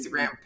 Instagram